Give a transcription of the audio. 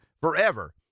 forever